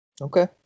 Okay